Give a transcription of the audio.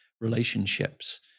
relationships